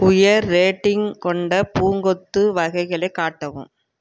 உயர் ரேட்டிங் கொண்ட பூங்கொத்து வகைகளை காட்டவும்